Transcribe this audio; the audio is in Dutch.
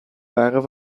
waren